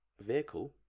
vehicle